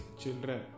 children